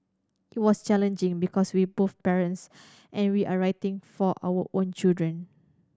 it was challenging because we are both parents and we are writing for our own children